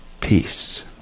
peace